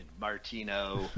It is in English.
Martino